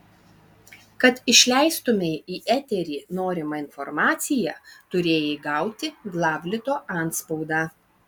kad išleistumei į eterį norimą informaciją turėjai gauti glavlito antspaudą